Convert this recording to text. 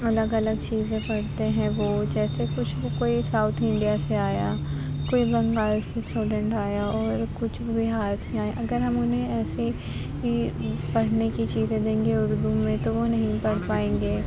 الگ الگ چیزیں پڑھتے ہیں وہ جیسے کچھ وہ کوئی ساؤتھ انڈیا سے آیا کوئی بنگال سے اسٹوڈینٹ آیا اور کچھ بہار سے آئے اگر ہم انہیں ایسے ہی پڑھنے کی چیزیں دیں گے اردو میں تو وہ نہیں پڑھ پائیں گے